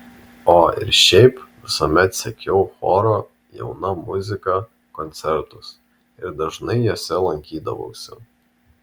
o ir šiaip visuomet sekiau choro jauna muzika koncertus ir dažnai juose lankydavausi